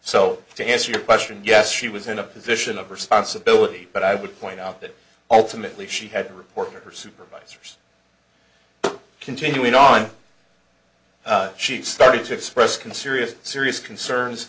so to answer your question yes she was in a position of responsibility but i would point out that ultimately she had to report her supervisors continuing on she started to express can seriously serious